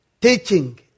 teaching